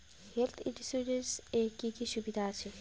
Health insurance এ কি কি সুবিধা আছে?